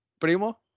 Primo